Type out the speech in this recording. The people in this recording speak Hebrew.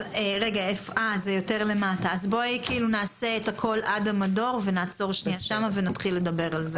נקריא עד המדור ואז נעצור ונתחיל לדבר על זה.